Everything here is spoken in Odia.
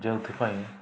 ଯେଉଁଥିପାଇଁ